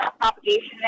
propagation